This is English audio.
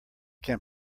can